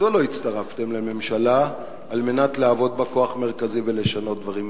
מדוע לא הצטרפתם לממשלה על מנת להוות בה כוח מרכזי ולשנות דברים מבפנים?